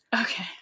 Okay